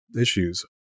issues